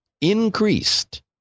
increased